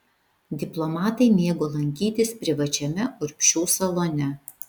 diplomatai mėgo lankytis privačiame urbšių salone